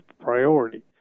priority